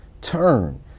Turn